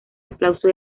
aplauso